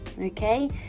okay